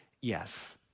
yes